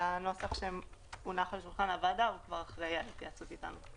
והנוסח שהונח על שולחן הוועדה הוא כבר אחרי התייעצות איתנו.